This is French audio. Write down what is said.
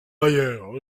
ailleurs